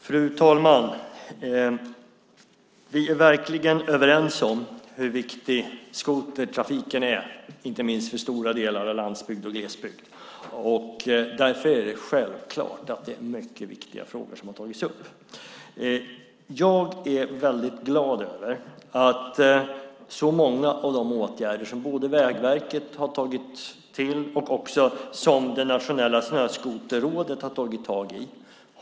Fru talman! Vi är verkligen överens om hur viktig skotertrafiken är inte minst för stora delar av landsbygd och glesbygd. Därför är det självklart att det är mycket viktiga frågor som har tagits upp. Jag är väldigt glad över många av de åtgärder som Vägverket har vidtagit och de frågor som Nationella snöskoterrådet har tagit tag i.